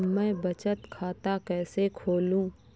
मैं बचत खाता कैसे खोलूँ?